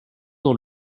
dans